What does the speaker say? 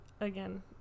again